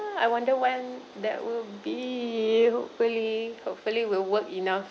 I wonder when that will be hopefully hopefully we'll work enough